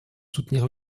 soutenir